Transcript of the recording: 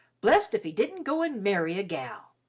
blest if he didn't go an' marry a gal!